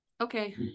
Okay